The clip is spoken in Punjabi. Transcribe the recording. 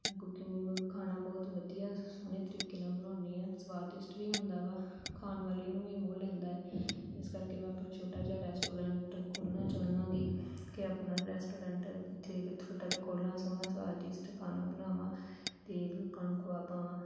ਮੈਂ ਕੁਕਿੰਗ ਖਾਣਾ ਬਹੁਤ ਵਧੀਆ ਸੋਹਣੇ ਤਰੀਕੇ ਨਾਲ਼ ਬਣਾਉਂਦੀ ਹਾਂ ਸਵਾਦਿਸ਼ਟ ਵੀ ਹੁੰਦਾ ਵਾ ਖਾਣ ਵਾਲੇ ਨੂੰ ਵੀ ਮੋਹ ਲੈਂਦਾ ਇਸ ਕਰਕੇ ਮੈਂ ਆਪਣਾ ਛੋਟਾ ਜਿਹਾ ਰੈਸਟੋਰੈਂਟ ਖੋਲ੍ਹਣਾ ਚਾਹਾਂਗੀ ਕਿ ਆਪਣਾ ਰੈਸਟੋਰੈਂਟ ਇੱਥੇ ਇੱਕ ਛੋਟਾ ਜਿਹਾ ਖੋਲ੍ਹਾਂ ਸੋਹਣਾ ਸਵਾਦਿਸ਼ਟ ਖਾਣਾ ਬਣਾਵਾਂ ਅਤੇ ਲੋਕਾਂ ਨੂੰ ਖਵਾ ਪਾਵਾਂ